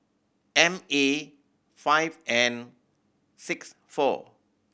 M A five N six four